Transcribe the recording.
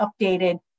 updated